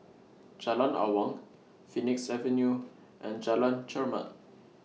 Jalan Awang Phoenix Avenue and Jalan Chermat